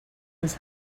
his